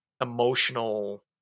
emotional